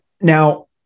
Now